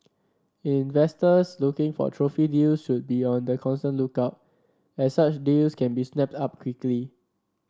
investors looking for trophy deals should be on the constant lookout as such deals can be snapped up quickly